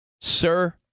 Sir